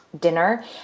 Dinner